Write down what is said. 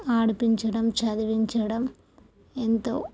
ఆడిపించడం చదివించడం ఎంతో